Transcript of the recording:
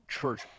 church